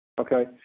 okay